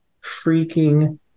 freaking